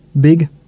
big